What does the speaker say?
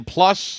Plus